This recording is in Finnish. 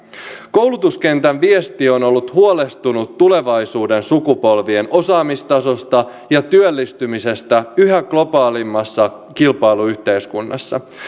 koulutuskentän viesti on ollut huolestunut tulevaisuuden sukupolvien osaamistasosta ja työllistymisestä yhä globaalimmassa kilpailuyhteiskunnassa